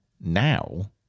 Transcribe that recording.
Now